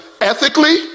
ethically